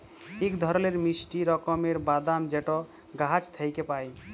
ইক ধরলের মিষ্টি রকমের বাদাম যেট গাহাচ থ্যাইকে পায়